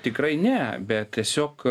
tikrai ne bet tiesiog